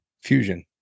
fusion